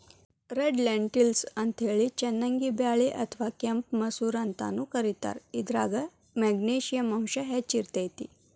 red lentils ಅಂತೇಳಿ ಚನ್ನಂಗಿ ಬ್ಯಾಳಿ ಅತ್ವಾ ಕೆಂಪ್ ಮಸೂರ ಅಂತಾನೂ ಕರೇತಾರ, ಇದ್ರಾಗ ಮೆಗ್ನಿಶಿಯಂ ಅಂಶ ಹೆಚ್ಚ್ ಇರ್ತೇತಿ